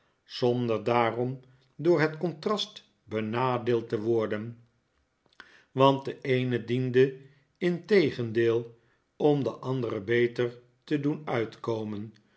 zonder daarom door het contrast benadeeld te worden want de eene diende integendeel om de andere beter te doen uitkomen